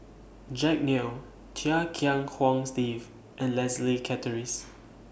Jack Neo Chia Kiah Hong Steve and Leslie Charteris